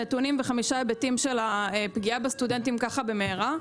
נתונים בחמישה היבטים של הפגיעה בסטודנטים ככה במהרה.